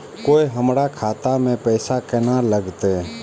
कोय हमरा खाता में पैसा केना लगते?